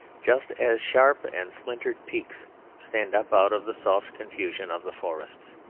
just as sharp and splintered peaks stand up out of the soft confusion of the forests.